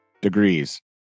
degrees